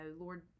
Lord